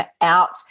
out